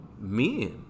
men